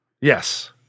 Yes